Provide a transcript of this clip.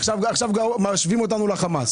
עכשיו משווים אותנו לחמאס.